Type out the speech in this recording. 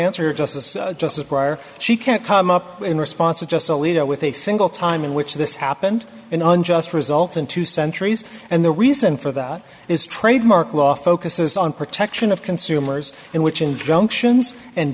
answer just as just a prior she can't come up in response to just a leader with a single time in which this happened in an unjust result in two centuries and the reason for that is trademark law focuses on protection of consumers and which injunctions and